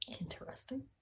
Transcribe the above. Interesting